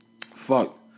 Fuck